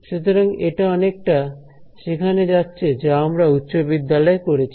সুতরাং এটা অনেকটা সেখানে যাচ্ছে যা আমরা উচ্চ বিদ্যালয় এ করেছি